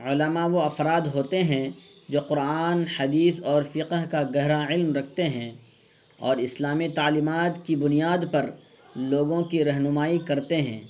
علماء وہ افراد ہوتے ہیں جو قرآن حدیث اور فقہ کا گہرا علم رکھتے ہیں اور اسلامی تعلیمات کی بنیاد پر لوگوں کی رہنمائی کرتے ہیں